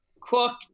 Cooked